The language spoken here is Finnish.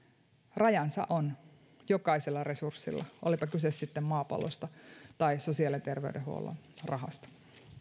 rajansa on jokaisella resurssilla olipa kyse sitten maapallosta tai sosiaali ja terveydenhuollon rahasta